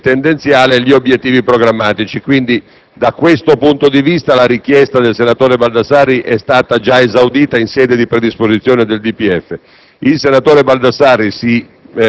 il rapporto con il tendenziale e gli obbiettivi programmatici, quindi da questo punto di vista la richiesta del senatore Baldassarri è stata già esaudita in sede di predisposizione del DPEF.